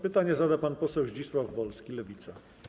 Pytanie zada pan poseł Zdzisław Wolski, Lewica.